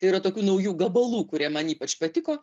tai yra tokių naujų gabalų kurie man ypač patiko